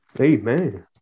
amen